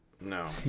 No